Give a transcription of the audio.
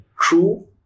true